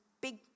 big